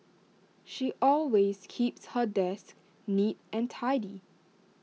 she always keeps her desk neat and tidy